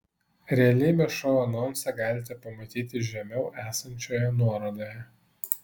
realybės šou anonsą galite pamatyti žemiau esančioje nuorodoje